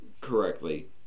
correctly